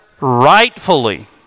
rightfully